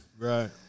Right